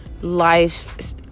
life